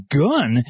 gun